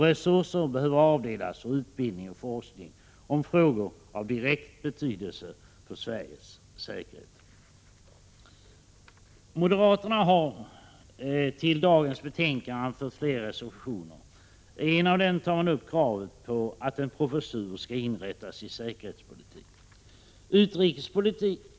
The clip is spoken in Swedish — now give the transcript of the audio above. Resurser behöver avdelas för utbildning och forskning om frågor av direkt betydelse för Sveriges säkerhet.” Moderaterna har till dagens betänkande fogat flera reservationer. I en av dessa ställs kravet att en professur skall inrättas i säkerhetspolitik.